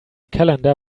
calendar